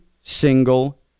single